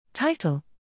Title